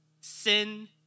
sin